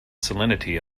salinity